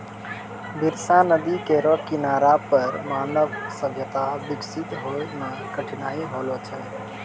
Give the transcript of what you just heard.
बरसा नदी केरो किनारा पर मानव सभ्यता बिकसित होय म कठिनाई होलो छलै